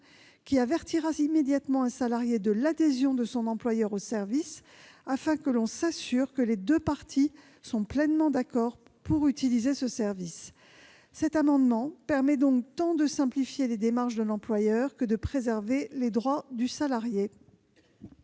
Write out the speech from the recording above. avertissant immédiatement un salarié de l'adhésion de son employeur au service, afin de s'assurer que les deux parties sont pleinement d'accord. L'adoption de cet amendement permettrait donc à la fois de simplifier les démarches de l'employeur et de préserver les droits du salarié.